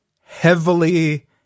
heavily